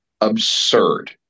absurd